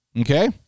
okay